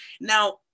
now